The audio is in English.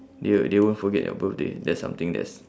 they they won't forget your birthday that's something that's